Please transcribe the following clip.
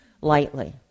lightly